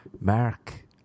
Mark